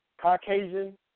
Caucasian